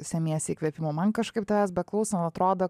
semiesi įkvėpimo man kažkaip tavęs beklausant atrodo